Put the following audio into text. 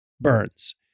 Burns